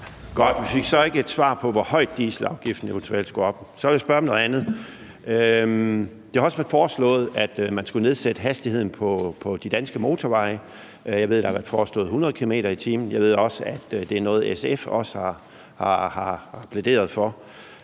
Godt, men vi fik så ikke et svar på, hvor højt dieselafgiften eventuelt skulle op. Så vil jeg spørge om noget andet. Det har også været foreslået, at man skulle nedsætte hastigheden på de danske motorveje. Jeg ved, der har været foreslået 100 km/t. Jeg ved også, at det er noget, SF også har plæderet for.